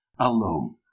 alone